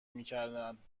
میکردند